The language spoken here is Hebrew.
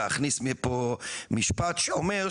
להכניס פה משפט שאומר,